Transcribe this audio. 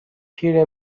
پیر